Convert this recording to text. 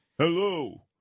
Hello